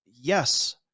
yes